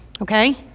Okay